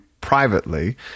privately